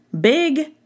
big